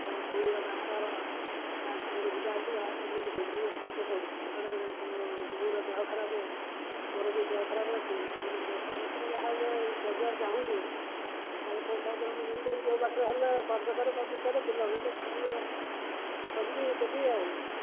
ଭଉଣୀ ର ବାହାଘର ଘରକୁ ଯିବା ଆସିବା ଏମିତି ବିଭିନ୍ନ ଖର୍ଚ୍ଚ ପଡ଼ୁଛି ଇଆଡ଼େ ବୋଉର ଦେହ ଖରାପ ମୋର ବି ଦେହ ଖରାପ ଅଛି ତେଣୁକରି ପଇସା ପତ୍ର ଯାହାହେଲେ ପଢ଼ିବାକୁ ଚାହୁଁଛୁ ତାହେଲେ ପଇସା ପତ୍ର ମୁଁ ଯିମିତି ହେଲେ ଯେଉଁ ବାଟରେ ହେଲେ କରଜ କରେ ବିଲ ବିକେ ଚାହିଁଲେ କରିବି ଦେବି ଆଉ